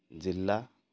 ଜିଲ୍ଲା